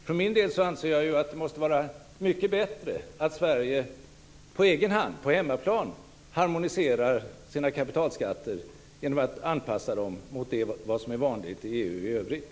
För min del anser jag att det måste vara mycket bättre att Sverige på egen hand på hemmaplan harmoniserar sina kapitalskatter genom att anpassa dem till den nivå som är vanlig i EU i övrigt.